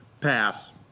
Pass